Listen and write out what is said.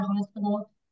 hospital